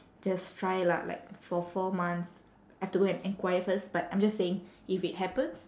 just try lah like for four months I've to go and enquire first but I'm just saying if it happens